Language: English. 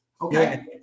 okay